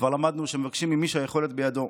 כבר למדנו שמבקשים ממי שהיכולת בידו.